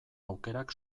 aukerak